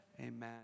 Amen